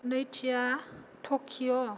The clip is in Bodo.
नैथिया टकिअ